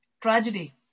Tragedy